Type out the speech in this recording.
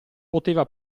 poteva